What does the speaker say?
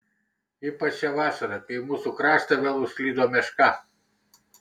ypač šią vasarą kai į mūsų kraštą vėl užklydo meška